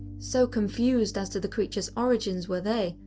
so confused as to the creature's origin were they,